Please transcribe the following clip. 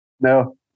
No